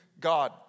God